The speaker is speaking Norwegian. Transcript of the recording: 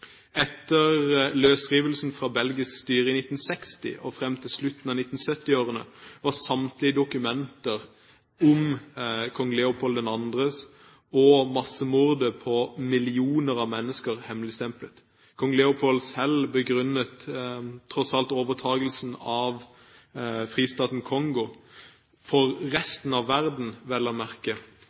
Etter løsrivelsen fra belgisk styre i 1960 og frem til slutten av 1970-årene var samtlige dokumenter om kong Leopold II og massemordet på millioner av mennesker hemmeligstemplet. Kong Leopold selv begrunnet tross alt overtakelsen av Fristaten Kongo, for resten av verden vel å merke,